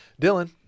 Dylan